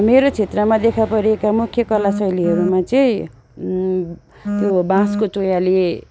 मेरो क्षेत्रमा देखापरेका मुख्य कला शैलीहरूमा चाहिँ त्यो बाँसको चोयाले